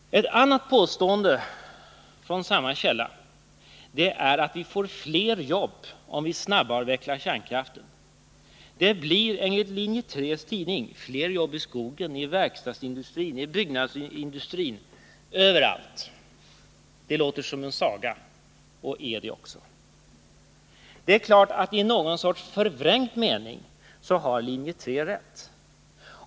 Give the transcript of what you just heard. Ett annat påstående från samma källa är att vi får fler jobb om vi snabbavvecklar kärnkraften. Det blir enligt linje 3:s tidning fler jobb i skogen, i verkstadsindustrin, i byggnadsindustrin — överallt. Det låter som en saga och är det också. Det är klart att i någon sorts förvrängd mening har linje 3 rätt.